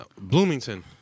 Bloomington